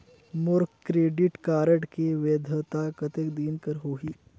मोर credit card के वैधता कतेक दिन कर होही?